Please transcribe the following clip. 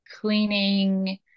cleaning